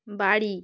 বাড়ি